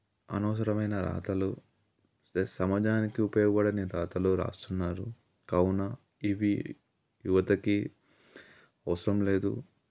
అనవసరమైన రాతలు ప్లస్ సమాజానికి ఉపయోగపడని రాతలు రాస్తున్నారు కావున ఇవి యువతకి అవసరం లేదు